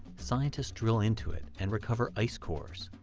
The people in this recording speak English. scientists drill into it and recover ice cores,